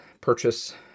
purchase